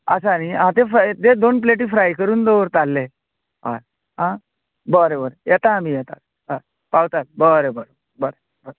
आसा न्ही आं ते दोन प्लेटी फ्राय करून दवर ताल्ले हय आं बरें बरें येता आमी येता हय पावता बरें बरें बरें बरें